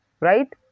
right